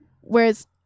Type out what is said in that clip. Whereas-